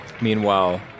Meanwhile